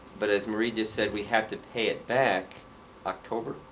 but as marie just said, we have to pay it back october.